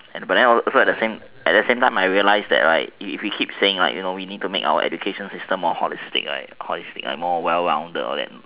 but then also at the same time I realised that right if we keep saying like we need to make our exams more holistic holistic like more well rounded right